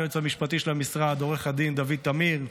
לסגן היועץ המשפטי של המשרד עו"ד דוד טמיר,